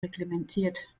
reglementiert